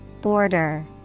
Border